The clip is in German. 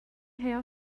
her